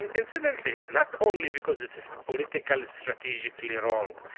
and incidentally, not only because it's political, strategically wrong,